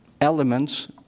elements